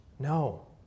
No